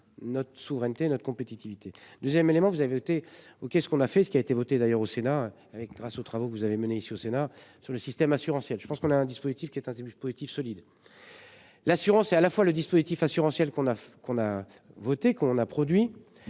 notre souveraineté notre compétitivité 2ème élément, vous avez été. Qu'est ce qu'on a fait ce qui a été votée d'ailleurs au Sénat avec grâce aux travaux. Vous avez mené ici au Sénat sur le système assurantiel. Je pense qu'on a un dispositif qui est un début positif solide. L'assurance est à la fois le dispositif assurantiel qu'on a qu'on a voté qu'on a produit.